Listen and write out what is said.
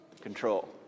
control